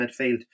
midfield